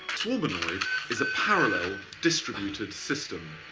swarmanoid is a parallel distributed system.